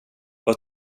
vad